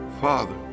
father